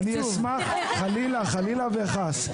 חלילה, חלילה וחס.